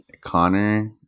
Connor